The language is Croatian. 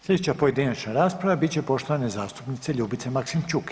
Sljedeća pojedinačna rasprava bit će poštovane zastupnice Ljubice Maksimčuk.